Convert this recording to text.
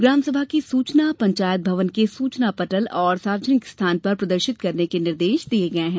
ग्रामसभा की सूचना पंचायत भवन के सूचना पटल और सार्वजनिक स्थान पर प्रदर्शित करने के निर्देश दिये गये हैं